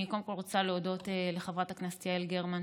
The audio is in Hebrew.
אני קודם כול רוצה להודות לחברת הכנסת יעל גרמן,